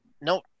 no